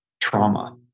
trauma